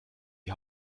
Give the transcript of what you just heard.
die